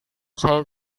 saya